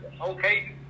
okay